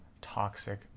toxic